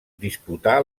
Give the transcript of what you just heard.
disputà